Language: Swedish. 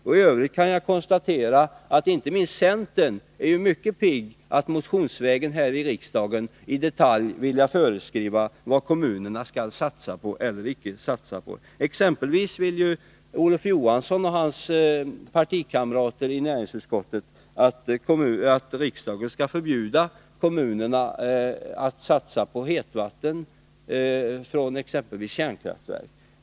I övrigt kan jag konstatera att inte minst centern är mycket pigg på att motionsvägen här i riksdagen i detalj föreskriva vad kommunerna skall och inte skall satsa på. Olof Johansson och hans partikamrater i näringsutskottet vill exempelvis att riksdagen skall förbjuda kommunerna att satsa på hetvatten från kärnkraftverk.